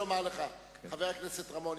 חבר הכנסת רמון,